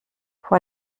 vor